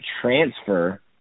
transfer